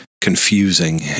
confusing